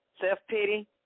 self-pity